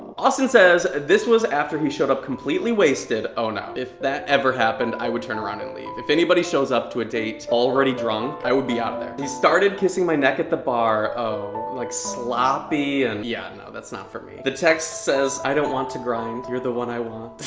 austin says, this was after he showed up completely wasted. oh no, if that ever happened, i would turn around and leave. if anybody shows up to a date already drunk, i would be out of there. and started kissing my neck at the bar. oh like sloppy and yeah no that's not for me. the text says, i don't want to grind. you're the one i want.